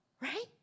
right